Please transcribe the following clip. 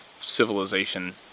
civilization